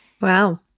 Wow